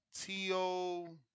T-O